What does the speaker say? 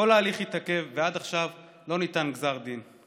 כל ההליך התעכב, ועד עכשיו לא ניתן גזר דין.